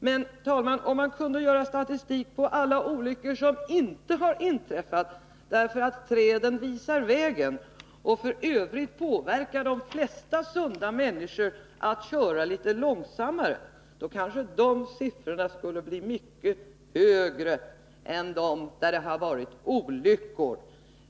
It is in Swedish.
Men, herr talman, om man kunde göra statistik på alla olyckor som inte har inträffat därför att träden visar vägen — och f. ö. påverkar de flesta sunda människor att köra litet långsammare — då kanske de siffrorna skulle bli mycket högre än de siffror som anger att det har varit olyckor.